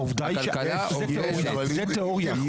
זו תיאוריה.